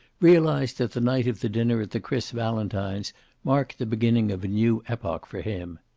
realized that the night of the dinner at the chris valentines marked the beginning of a new epoch for him.